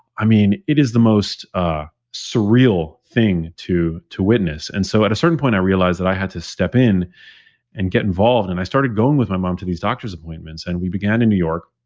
i mean, it is the most ah surreal thing to to witness and so at a certain point, i realized that i had to step in and get involved, and i started going with my mom to these doctor's appointments and we began in new york.